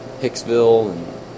Hicksville